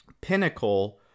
pinnacle